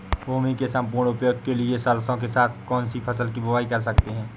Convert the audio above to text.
भूमि के सम्पूर्ण उपयोग के लिए सरसो के साथ कौन सी फसल की बुआई कर सकते हैं?